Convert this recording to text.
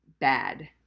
bad